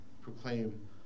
proclaim